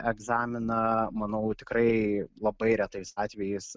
egzaminą manau tikrai labai retais atvejais